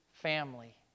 family